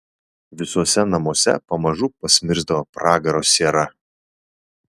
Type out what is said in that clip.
visuose namuose pamažu pasmirsdavo pragaro siera